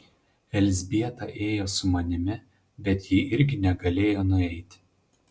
elzbieta ėjo su manimi bet ji irgi negalėjo nueiti